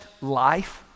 life